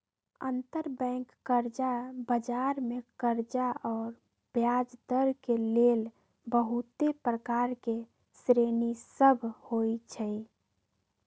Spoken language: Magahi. अंतरबैंक कर्जा बजार मे कर्जा आऽ ब्याजदर के लेल बहुते प्रकार के श्रेणि सभ होइ छइ